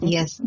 Yes